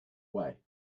way